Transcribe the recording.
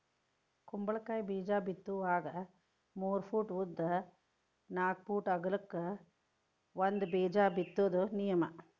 ಕುಂಬಳಕಾಯಿ ಬೇಜಾ ಬಿತ್ತುವಾಗ ಮೂರ ಪೂಟ್ ಉದ್ದ ನಾಕ್ ಪೂಟ್ ಅಗಲಕ್ಕ ಒಂದ ಬೇಜಾ ಬಿತ್ತುದ ನಿಯಮ